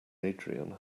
adrian